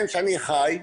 שאני חי,